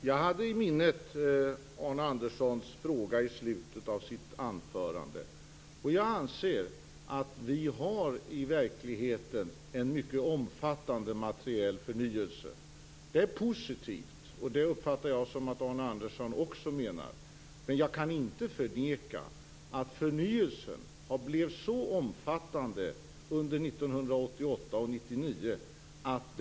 Fru talman! Jag hade Arne Anderssons fråga från slutet av hans anförande i minnet. Jag anser att vi i verkligheten har en mycket omfattande materiell förnyelse. Det är positivt. Jag uppfattar det som att Arne Andersson också menar det. Men jag kan inte förneka att förnyelsen blev omfattande under 1988 och 1989.